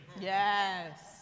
Yes